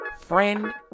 friend